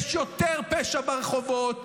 יש יותר פשע ברחובות,